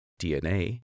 DNA